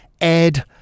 ed